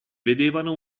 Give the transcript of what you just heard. vedevano